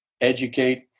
educate